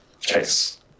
Chase